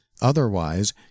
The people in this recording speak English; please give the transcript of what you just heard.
otherwise